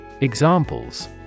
Examples